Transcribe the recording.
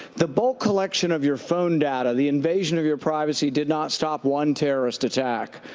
the bulk collection of your phone data, the invasion of your privacy did not stop one terrorist attack.